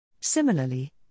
Similarly